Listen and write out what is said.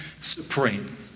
supreme